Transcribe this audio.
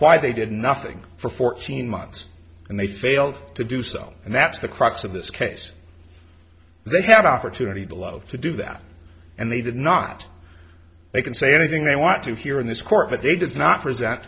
why they did nothing for fourteen months and they failed to do so and that's the crux of this case they have opportunity to love to do that and they did not they can say anything they want to here in this court but they does not present